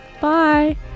bye